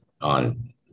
on